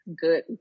Good